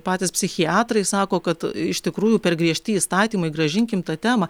patys psichiatrai sako kad iš tikrųjų per griežti įstatymai grąžinkim tą temą